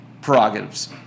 prerogatives